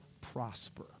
prosper